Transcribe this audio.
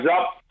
up